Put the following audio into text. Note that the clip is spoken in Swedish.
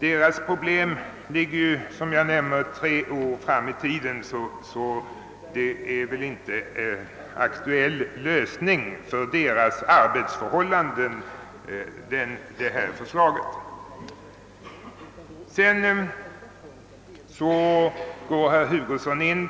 Deras problem ligger emellertid tre år framåt i tiden, varför det aktuella förslaget inte innebär en lösning av deras arbetsförhållanden just nu. Sedan berörde herr Hugosson